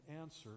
answer